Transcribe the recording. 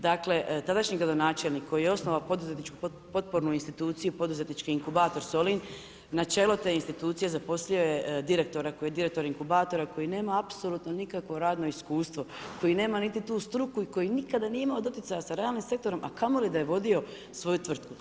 Dakle, tadašnji gradonačelnik koji je osnovao poduzetničku potpornu instituciju, poduzetnički inkubator Solin, na čelo te institucije zaposlio je direktora koji je direktor inkubatora, koji nema apsolutno nikakvo radno iskustvo, koji nema niti tu struku i koji nikada nije imao doticaja sa realnim sektorom a kamoli da je vodio svoju tvrtku.